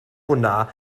hwnna